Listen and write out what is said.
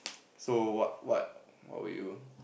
so what what what were you